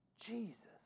Jesus